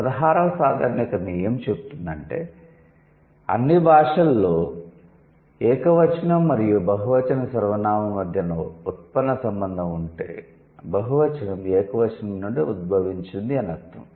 పదహారవ సాధారణీకరణ ఏమి చెబుతుందంటే అన్ని భాషలలో ఏకవచనం మరియు బహువచన సర్వనామం మధ్య ఉత్పన్న సంబంధం ఉంటే బహువచనం ఏకవచనం నుండి ఉద్భవించింది అని అర్ధం